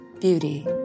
beauty